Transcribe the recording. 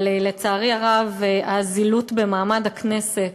אבל, לצערי הרב, הזילות במעמד הכנסת